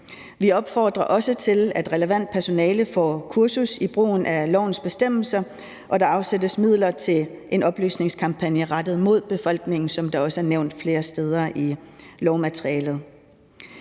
Vi opfordrer også til, at relevant personale får kursus i brugen af lovens bestemmelser, og at der afsættes midler til en oplysningskampagne rettet mod befolkningen, som der også er nævnt flere steder i lovmaterialet.